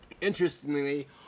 Interestingly